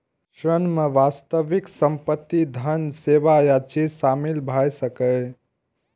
ऋण मे वास्तविक संपत्ति, धन, सेवा या चीज शामिल भए सकैए